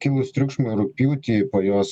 kilus triukšmui rugpjūtį po jos